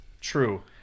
True